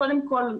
קודם כל,